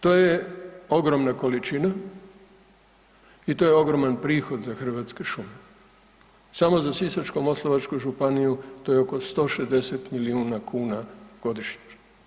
To je ogromna količina i to je ogroman prihod za Hrvatske šume, samo za Sisačko-moslavačku županiju to je oko 160 milijuna kuna godišnje.